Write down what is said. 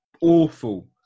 awful